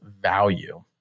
value